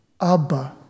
Abba